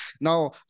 now